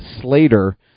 Slater